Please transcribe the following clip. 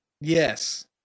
Yes